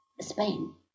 Spain